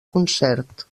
concert